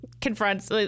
confronts